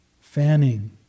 fanning